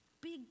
big